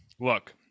look